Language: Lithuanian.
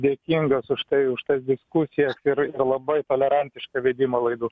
dėkingas už tai už tas diskusijas ir ir labai tolerantišką vedimą laidų